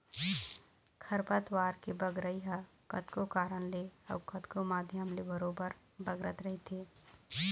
खरपतवार के बगरई ह कतको कारन ले अउ कतको माध्यम ले बरोबर बगरत रहिथे